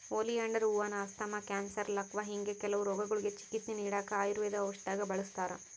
oleander ಹೂವಾನ asthma, cancer, ಲಕ್ವಾ ಹಿಂಗೆ ಕೆಲವು ರೋಗಗುಳ್ಗೆ ಚಿಕಿತ್ಸೆ ನೀಡಾಕ ಆಯುರ್ವೇದ ಔಷದ್ದಾಗ ಬಳುಸ್ತಾರ